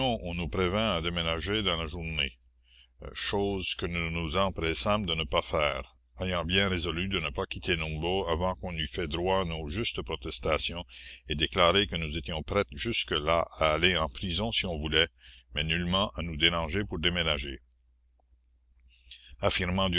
on nous prévint à déménager dans la journée chose que nous nous empressâmes de ne pas faire ayant bien résolu de ne pas quitter numbo avant qu'on eût fait droit à nos justes protestations et déclaré que nous étions prêtes jusque-là à aller en prison si on voulait mais nullement à nous déranger pour déménager